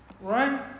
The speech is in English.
Right